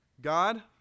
God